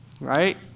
right